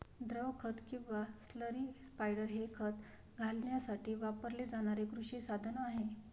द्रव खत किंवा स्लरी स्पायडर हे खत घालण्यासाठी वापरले जाणारे कृषी साधन आहे